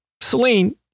Celine